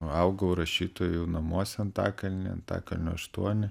augau rašytojų namuose antakalny antakalnio aštuoni